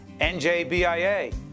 NJBIA